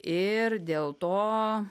ir dėl to